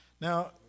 Now